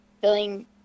feeling